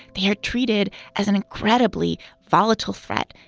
they are treated as an incredibly volatile threat,